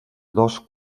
dos